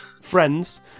Friends